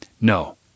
No